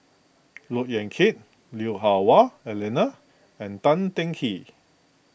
Look Yan Kit Lui Hah Wah Elena and Tan Teng Kee